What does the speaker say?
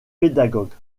pédagogue